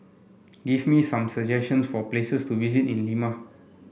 give me some suggestions for places to visit in Lima